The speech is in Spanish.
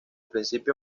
principio